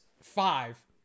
five